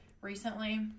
recently